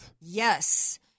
Yes